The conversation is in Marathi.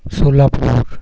सोलापूर